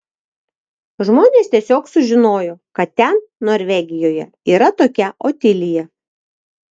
žmonės tiesiog sužinojo kad ten norvegijoje yra tokia otilija